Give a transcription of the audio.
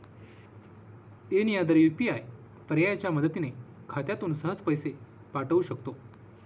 any other UPI पर्यायाच्या मदतीने खात्यातून सहज पैसे पाठवू शकतो